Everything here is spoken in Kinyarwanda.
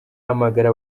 ahamagara